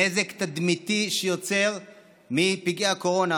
נזק תדמיתי שנוצר מפגעי הקורונה.